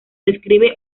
describe